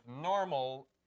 normal